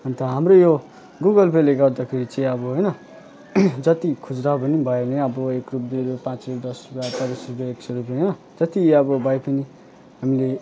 अन्त हाम्रो यो गुगल पेले गर्दाखेरि चाहिँ अब होइन जति खुजुरा पनि भयो भने एक रुपियाँ दुई रुपियाँ पाँच रुपियाँ दस रुपियाँ एक सय रुपियाँ होइन जति अब भए पनि हामीले